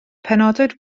penodwyd